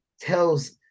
tells